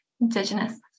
Indigenous